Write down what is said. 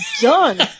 done